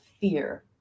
fear